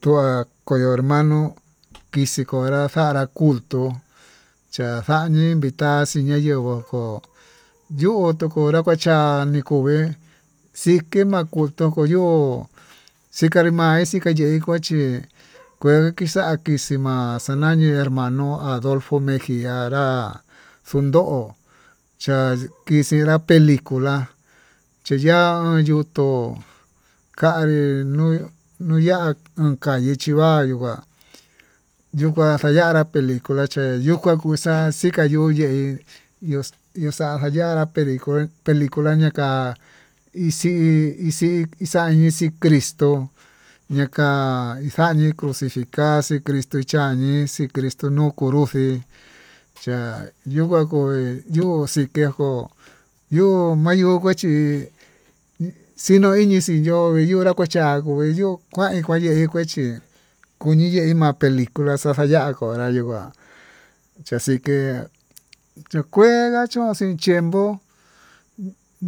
to'a ko hermano kixii xonra xara kutuu cha'a xañii invitar xinayenguó yunru tuu konrá kuachá nikovee xikuana tukuu yo'ó, xikanre ma'a xikayeka chí kue kixa'a kixi ma'a tañani hermano adolfo mejia anrá xunsó kixierá pelicula chiyaá yuu to'ó kanri nuu nuya'á uun kayii chingua nuka, yukua xayanrá pelicula che'e yuu kuá kuxixa xhika yuu yee yuxa'a kaya pelicu pelicula ñuu ka'á, ixii ixii kixañi xhii cristo ña'a ka'a xanii crucificar xii crito chañii chi crito ño'o konroxe cha'a yokua koi yuu xikejo yuu mayo'o kuachí xiña'a iñii xiyó iyonra kuacha chinyo'o kuán injuaye kuachí kuni yee na pelicula xa'a xa ya'a konrá yuu nguá chaxike xhikuela chón xii tiempo,